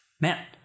man